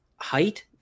Height